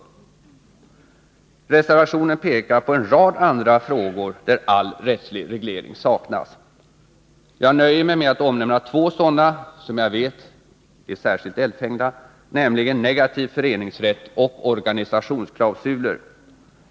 I reservationen pekas på en rad andra frågor där all rättslig reglering saknas. Jag nöjer mig med att omnämna två sådana som jag vet är särskilt eldfängda, nämligen negativ föreningsrätt och organisationsklausuler.